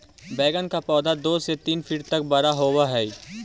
बैंगन का पौधा दो से तीन फीट तक बड़ा होव हई